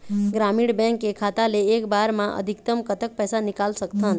ग्रामीण बैंक के खाता ले एक बार मा अधिकतम कतक पैसा निकाल सकथन?